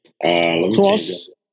Cross